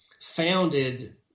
founded